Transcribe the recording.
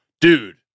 dude